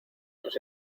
nos